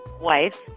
wife